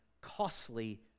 costly